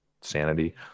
sanity